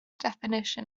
definition